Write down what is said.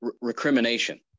recrimination